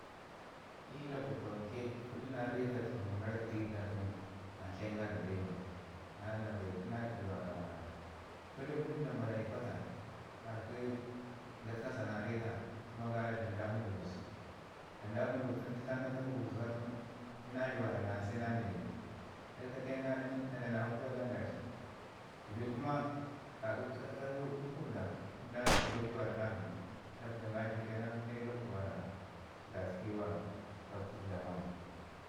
I lakwtu tawank fuɗuna reta dlamən gara ki ɗigigɗa na tlayin ga da daa yiwun, nan na viaki naike bee mi wara waara. Pədik- pədik damba nayi pata ka ki gatkasana reta ama ga dlam da mugubus ti ta nin na ta mugubus ga tun iyu na ri wara na yan sai nan na yi, na katəu ga nin na da na mafiya ga nin daaci. Dəvid kuma ka ki karpe gutguvəda lakwtu mi na vəji, na vəji ga nin shikkenan sai lakwtu mi səku tatki wa lakwtu dama wan.